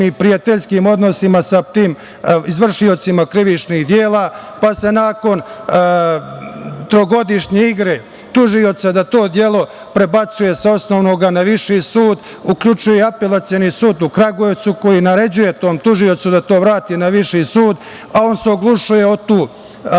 i prijateljskim odnosima sa tim izvršiocima krivičnih dela, pa se nakon trogodišnje igre tužioca da to delo prebacuje sa osnovnog na viši sud uključuje i apelacioni sud u Kragujevcu, koji naređuje tom tužiocu da to vrati na viši sud, a on se oglušuje o tu